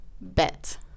Bet